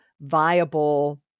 viable